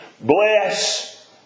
bless